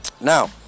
now